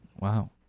Wow